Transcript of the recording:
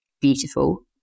beautiful